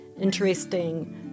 Interesting